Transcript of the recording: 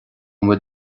bhfuil